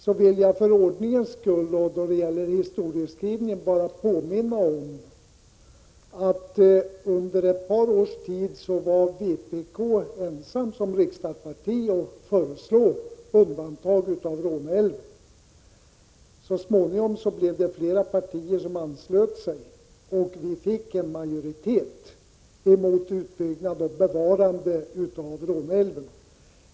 Jag vill för ordningens skull vad gäller historieskrivning påminna om att under ett par års 159 tid var vpk ensamt som riksdagsparti om att föreslå undantagande av Råneälven. Så småningom anslöt sig flera partier till vår uppfattning, och vi fick en majoritet emot en utbyggnad och för ett bevarande av Råneälven.